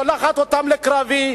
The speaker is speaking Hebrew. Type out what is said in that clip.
היא שולחת אותם לקרבי,